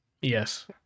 Yes